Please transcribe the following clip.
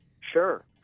Sure